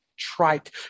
trite